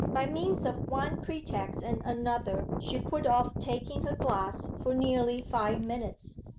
by means of one pretext and another she put off taking her glass for nearly five minutes,